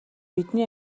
бидний